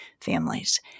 families